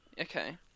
Okay